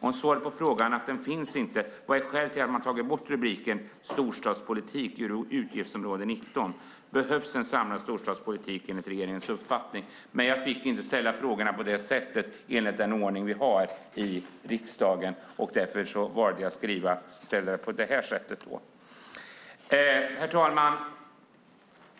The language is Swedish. Om svaret på frågan är att den inte finns: Vad är skälet till att man tagit bort rubriken Storstadspolitik under utgiftsområde 19? Behövs en samlad storstadspolitik enligt regeringens uppfattning? Men jag fick inte ställa frågorna på det sättet enligt den ordning vi har i riksdagen. Därför valde jag att ställa dem på det här sättet. Herr talman!